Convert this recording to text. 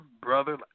Brother